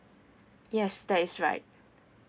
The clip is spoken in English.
yes that is right